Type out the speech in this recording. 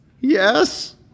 Yes